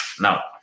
now